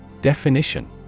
Definition